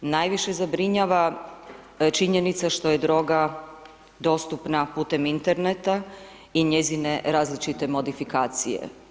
Najviše zabrinjava činjenica što je droga dostupna putem interneta i njezine različite modifikacije.